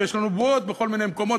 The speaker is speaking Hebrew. ויש לנו בועות בכל מיני מקומות.